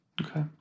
Okay